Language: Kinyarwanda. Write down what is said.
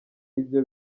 ibyo